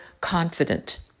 confident